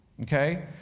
Okay